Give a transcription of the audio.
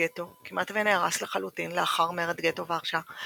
הגטו כמעט ונהרס לחלוטין לאחר מרד גטו ורשה,